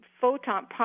photon